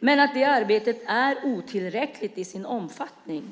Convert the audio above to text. men att det arbetet är otillräckligt i sin omfattning.